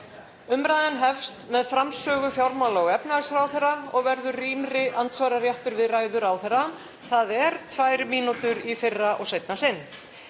Umræðan hefst með framsögu fjármála- og efnahagsráðherra og verði rýmri andsvararéttur við ræðu ráðherra, þ.e. tvær mínútur í fyrra og seinna sinn.